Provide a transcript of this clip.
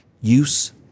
use